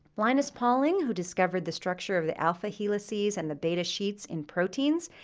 linus pauling, who discovered the structure of the alpha helixes and the beta sheets in proteins,